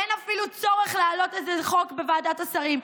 אין אפילו צורך להעלות איזה חוק בוועדת השרים,